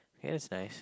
ya it's nice